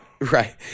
Right